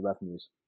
revenues